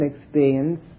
experience